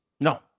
No